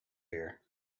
here